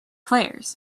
players